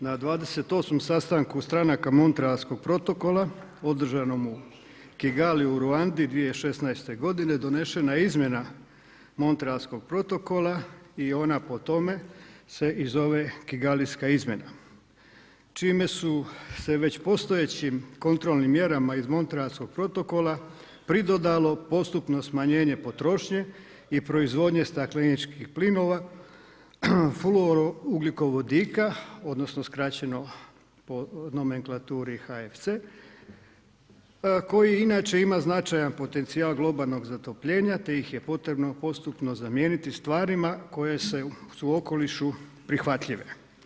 Na 28. sastanku stranaka Montrealskog protokola, održanom u Kigali u Ruandi 2016. g. donesena izmjena Montrealskog protokola i ona po tome se i zove Kigalijska izmjena čime su se već postojećim mjerama iz Montrealskog protokola pridodalo postotno smanjenje potrošnje i proizvodnje stakleničkih plinova, fluorovodika odnosno skraćeno po nomenklaturi HFC koji inače ima značajan potencijal globalnog zatopljenja te ih je potrebno postupno zamijeniti stvarima koje su okolišu prihvatljive.